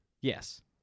Yes